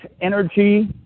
energy